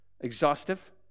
Exhaustive